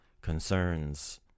concerns